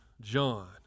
John